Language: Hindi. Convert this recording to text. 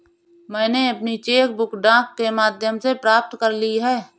मैनें अपनी चेक बुक डाक के माध्यम से प्राप्त कर ली है